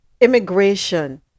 immigration